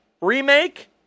remake